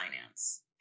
finance